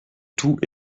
tout